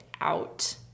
out